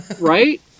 right